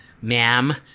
ma'am